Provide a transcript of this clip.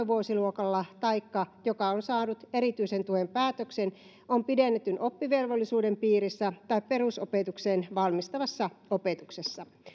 vuosiluokalla taikka joka on saanut erityisen tuen päätöksen on pidennetyn oppivelvollisuuden piirissä tai perusopetukseen valmistavassa opetuksessa